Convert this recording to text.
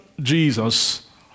Jesus